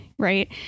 right